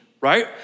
right